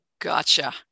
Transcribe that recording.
Gotcha